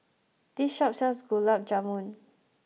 this shop sells Gulab Jamun